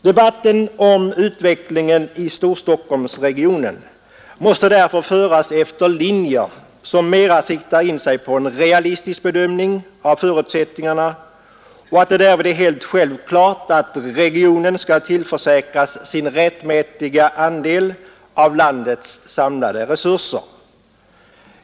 Debatten om utvecklingen i Storstockholmsregionen måste därför föras efter linjer som mera riktar in sig på en realistisk bedömning av förutsättningarna, och det är därvid helt självklart att regionen skall tillförsäkras sin rättmätiga andel av landets samlade resurser.